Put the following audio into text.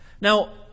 Now